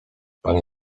pani